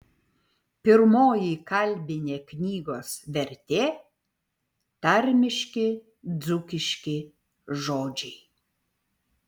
pirmoji kalbinė knygos vertė tarmiški dzūkiški žodžiai